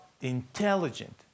intelligent